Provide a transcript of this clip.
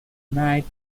night